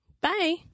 Bye